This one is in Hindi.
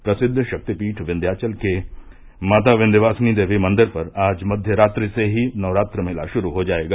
प्रसिद्ध शक्तिपीठ विन्ध्याचल के माता विन्ध्यवासिनी देवी मंदिर पर आज मक्य रात्रि से ही नवरात्र मेला शुरू हो जायेगा